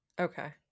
Okay